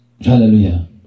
Hallelujah